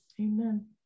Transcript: Amen